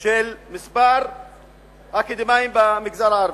של מספר האקדמאים במגזר הערבי: